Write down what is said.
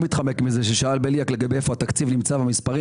ששאל בליאק לגבי איפה התקציב נמצא והמספרים